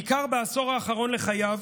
בעיקר בעשור האחרון לחייו,